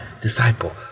disciple